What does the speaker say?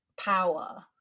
power